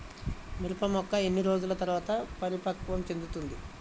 మిరప మొక్క ఎన్ని రోజుల తర్వాత పరిపక్వం చెందుతుంది?